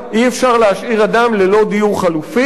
אי-אפשר להשאיר אדם ללא דיור חלופי.